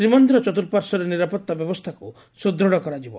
ଶ୍ରୀମନ୍ଦିର ଚତୁଃପାର୍ଶ୍ୱରେ ନିରାପତ୍ତା ବ୍ୟବସ୍ଚାକୁ ସୁଦୃତ୍ କରାଯିବ